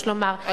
יש לומר,